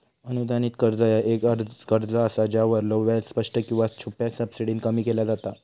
अनुदानित कर्ज ह्या एक कर्ज असा ज्यावरलो व्याज स्पष्ट किंवा छुप्या सबसिडीने कमी केला जाता